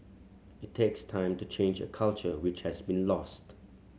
it takes time to change a culture which has been lost